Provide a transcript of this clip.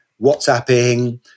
WhatsApping